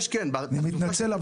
אני מתנצל,